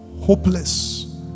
hopeless